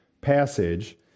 passage